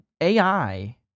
AI